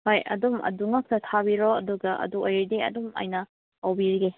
ꯍꯣꯏ ꯑꯗꯨꯝ ꯑꯗꯨ ꯉꯥꯛꯇ ꯊꯥꯕꯤꯔꯣ ꯑꯗꯨꯒ ꯑꯗꯨ ꯑꯣꯏꯔꯗꯤ ꯑꯗꯨꯝ ꯑꯩꯅ ꯇꯧꯕꯤꯒꯦ